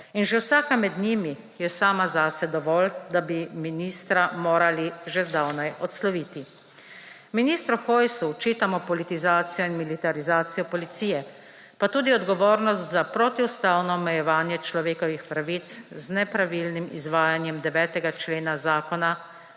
in že vsaka med njimi je sama zase dovolj, da bi ministra morali že zdavnaj odsloviti. Ministru Hojsu očitamo politizacijo in militarizacijo policije, pa tudi odgovornost za protiustavno omejevanje človekovih pravic z nepravilnim izvajanjem 9. člena Zakona